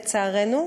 לצערנו.